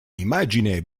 immagine